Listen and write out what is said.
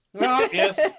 Yes